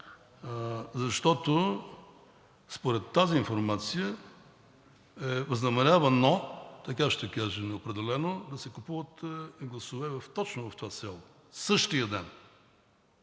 защото според тази информация е възнамерявано – така ще кажа, неопределено – да се купуват гласове точно в това село, същия ден,